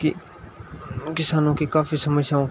की किसानों की काफ़ी समस्याओं का